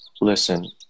Listen